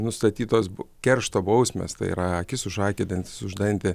nustatytos keršto bausmės tai yra akis už akį dantis už dantį